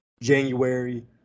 January